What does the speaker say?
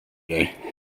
dig